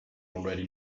already